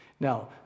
Now